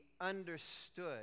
understood